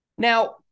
Now